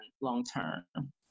long-term